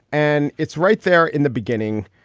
and it's right there in the beginning.